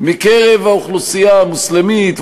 מקרב האוכלוסייה המוסלמית,